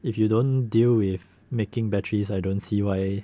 if you don't deal with making batteries I don't see why